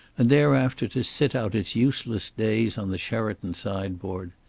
and thereafter to sit out its useless days on the sheraton sideboard.